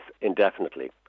indefinitely